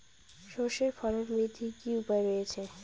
সর্ষের ফলন বৃদ্ধির কি উপায় রয়েছে?